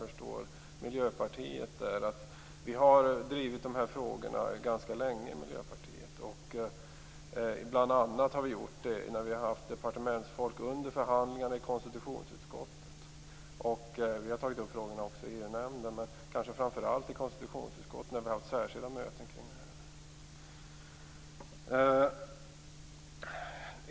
Vi i Miljöpartiet har ju drivit sådana frågor ganska länge. Det har vi gjort bl.a. när departementsfolk har funnits med vid förhandlingar i konstitutionsutskottet. Vi har också tagit upp dessa frågor i EU-nämnden, men kanske framför allt i konstitutionsutskottet när vi haft särskilda möten och diskuterat dessa saker.